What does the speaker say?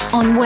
on